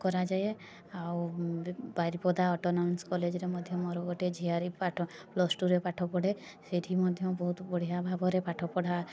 କରାଯାଏ ଆଉ ବି ବାରିପଦା ଅଟୋନୋମୋସ୍ କଲେଜ୍ରେ ମଧ୍ୟ ମୋର ଗୋଟେ ଝିଆରୀ ପାଠ ପ୍ଲସଟୁରେ ପାଠ ପଢ଼େ ସେଇଠି ମଧ୍ୟ ବହୁତ ବଢ଼ିଆ ଭାବରେ ପାଠପଢ଼ା